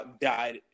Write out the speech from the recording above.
died